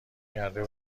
کرده